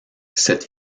cette